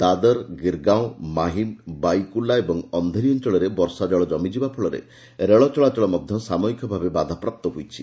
ଦାଦର ଗିର୍ଗାଓଁ ମାହିମ୍ ବାଇକୁଲା ଏବଂ ଅନ୍ଧେରୀ ଅଞ୍ଚଳରେ ବର୍ଷାଜଳ କମିଯିବା ଫଳରେ ରେଳ ଚଳାଚଳ ମଧ୍ୟ ସାମୟିକ ଭାବେ ବାଧାପ୍ରାପ୍ତ ହୋଇଛି